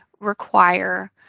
require